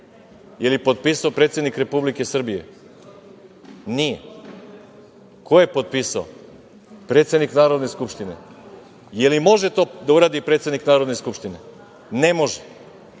li je potpisao predsednik Republike Srbije. Nije. Ko je potpisao? Predsednik Narodne skupštine. Da li to može da uradi predsednik Narodne skupštine? Ne može.